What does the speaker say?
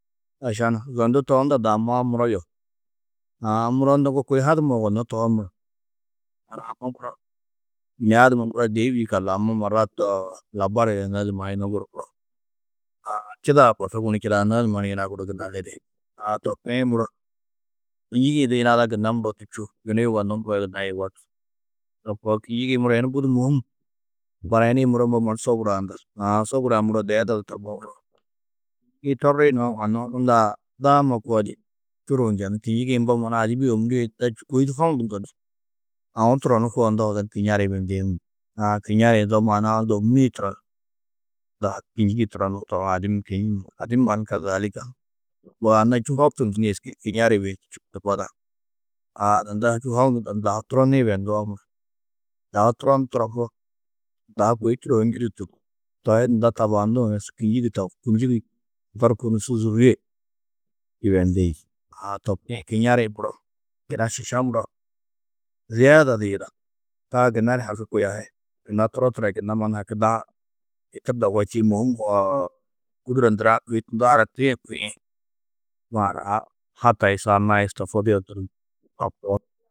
Ašan zondu to unda daamaá muro yohú. Aã muro unda ŋgo kôi hadumo yugonnó tohoo mu. Aã amma muro, bêni Aduma muro dêif yikallu, amma marat labar yidanodi, mai yunu guru ko. Čidaa borsu gunu, čidaanodi mannu yina guru gunna lidi. Aa to kuĩ muro, kînjigi-ĩ du yina ada gunna du čûo. Yunu yugonnó mbo yina gunna yugó ni. To koo, kînjigi-ĩ muro yunu budi mûhim barayinĩ muro sôbur-ã bes, Aã sôbur-ã muro ziyeda du tamoo, muro. Kînjigi torri nuwo mannu unda daama koo di čuruu njenú. Kînjigi-ĩ mbo mannu adibi yê ômuri yê nunda čû kôi di hokndundu ni aũ turonnu koo ndohudu ni kiŋari yibendiĩ Aã kiŋari-ĩ zo maana-ã unda ômuri-ĩ turon da kînjigi turonnu tohú, adimmi kiin. Adimmi mannu kazaalika. Mbo anna čû hoktundu ni êski di kiŋari yibeyindî čîkido di badã. Aã nunda čû hokndundu ni dahu turonnu yibenduwo muro, dahu turonnu nunda ha kôi turo ho njûdutu ni to hi nunda tabaanduũ ni su kînjigi to, kînjigi torkuũ ni su zûrie yibendiĩ. Aã to kuĩ kiŋari-ĩ muro, yina šiša muro, ziyeda du yida. Taa gunna ni haki kôi a hi gunna turoi gunna haki da hitirdo yugó čîidi mûhim Gûduro ndurã kôi tunda haratirîe kuĩ, hataa, yuso anna-ã istofodio ndurun, to koo.